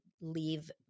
leave